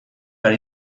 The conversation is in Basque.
ari